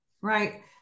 right